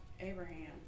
Abraham